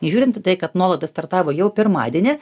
nežiūrint į tai kad nuolaidos startavo jau pirmadienį